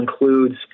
includes